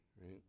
right